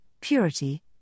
purity